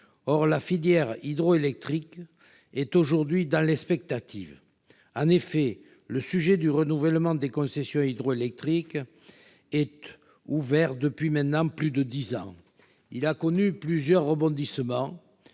Or la filière hydroélectrique est aujourd'hui dans l'expectative. En effet, la question du renouvellement des concessions hydroélectriques, ouverte depuis maintenant plus de dix ans, a connu plusieurs rebondissements